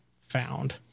found